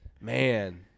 Man